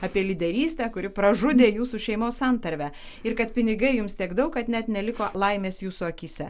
apie lyderystę kuri pražudė jūsų šeimos santarvę ir kad pinigai jums tiek daug kad net neliko laimės jūsų akyse